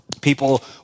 People